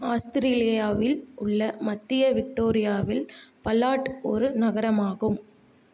ஆஸ்திரேலியாவில் உள்ள மத்திய விக்டோரியாவில் பல்லார்ட் ஒரு நகரமாகும்